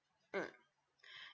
mm